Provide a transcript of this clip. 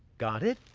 got it?